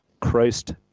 Christ